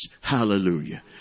hallelujah